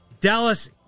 Dallas